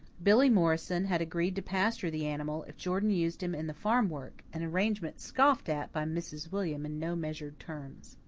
billy morrison had agreed to pasture the animal if jordan used him in the farm work, an arrangement scoffed at by mrs. william in no measured terms.